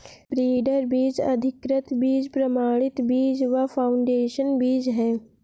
breeder बीज, अधिकृत बीज, प्रमाणित बीज व फाउंडेशन बीज है